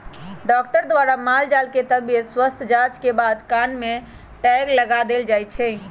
doctor द्वारा माल जाल के तबियत स्वस्थ जांच के बाद कान में टैग लगा देल जाय छै